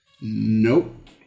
Nope